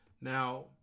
Now